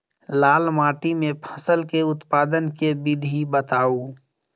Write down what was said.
लाल माटि मे फसल केँ उत्पादन केँ विधि बताऊ?